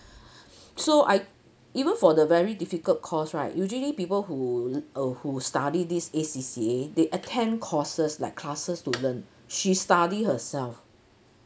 so I even for the very difficult course right usually people who uh who study this A_C_C_A they attend courses like classes to learn she study herself